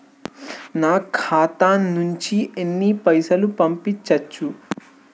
నా ఖాతా నుంచి ఎన్ని పైసలు పంపించచ్చు?